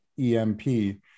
EMP